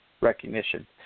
recognition